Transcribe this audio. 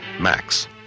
Max